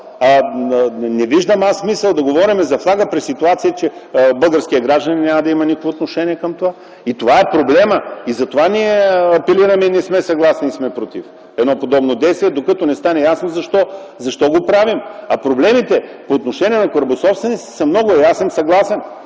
не виждам смисъл да говорим за флага при ситуация, че българският гражданин няма да има никакво отношение към това. Това е проблемът и затова ние апелираме и не сме съгласни, и сме против едно подобно действие, докато не стане ясно защо го правим. Проблемите по отношение на корабособствениците са много и аз съм съгласен.